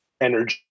energy